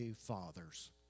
Fathers